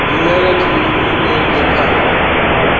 हींअर जी ईमेल ॾेखारियो